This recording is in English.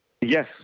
yes